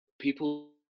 people